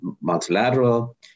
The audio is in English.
multilateral